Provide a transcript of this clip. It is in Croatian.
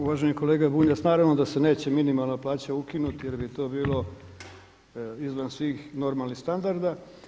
Uvaženi kolega Bunjac, ja se nadam da se neće minimalna plaća ukinuti jer bi to bilo izvan svih normalnih standarda.